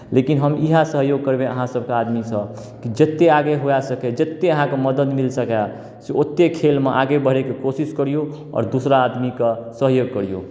लेकिन हम इएह सहयोग करबै अहाँसभके आदमीसँ कि जतेक आगे हुए से करि जतेक अहाँकेँ मदद मिल सकय से ओतेक खेलमे आगे बढ़यके कोशिश करियौ आओर दोसरा आदमीकेँ सहयोग करियौ